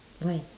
why